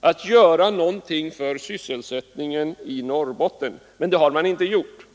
att göra någonting för sysselsättningen i Norrbotten, men det har man inte gjort.